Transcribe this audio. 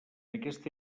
aquesta